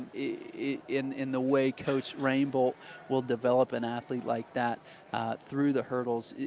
in in the way coach rainbolt will develop an athlete like that through the hurdles,